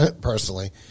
personally